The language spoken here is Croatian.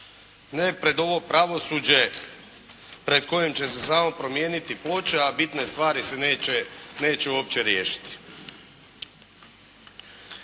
Ne pred ovo pravosuđe pred kojim će se samo promijeniti ploča, a bitne stvari se neće uopće riješiti.